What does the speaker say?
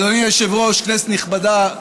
אדוני היושב-ראש, כנסת נכבדה,